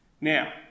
Now